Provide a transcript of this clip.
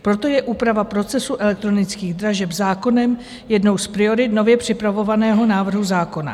Proto je úprava procesu elektronických dražeb zákonem jednou z priorit nově připravovaného návrhu zákona.